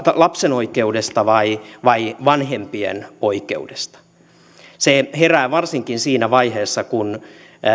lapsen oikeudesta vai vai vanhempien oikeudesta se herää varsinkin siinä vaiheessa kun